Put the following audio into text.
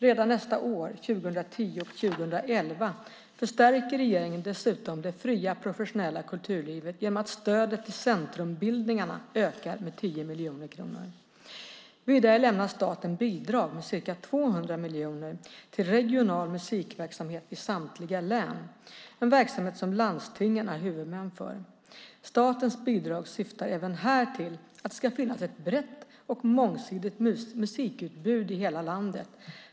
Redan nästa år, 2010, och 2011 förstärker regeringen dessutom det fria professionella kulturlivet genom att stödet till Centrumbildningarna ökar med 10 miljoner kronor. Vidare lämnar staten bidrag med ca 200 miljoner till regional musikverksamhet i samtliga län - en verksamhet som landstingen är huvudmän för. Statens bidrag syftar även här till att det ska finnas ett brett och mångsidigt musikutbud i hela landet.